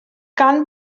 gan